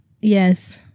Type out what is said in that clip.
yes